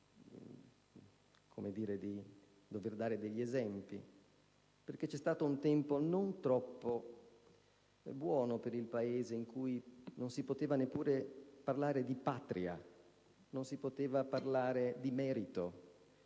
di dare degli esempi, tenuto conto che c'è stato un tempo, non troppo buono per il Paese, in cui non si poteva neppure parlare di Patria, non si poteva parlare di merito,